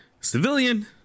civilian